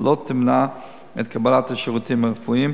לא תמנע את קבלת השירותים הרפואיים,